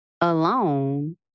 alone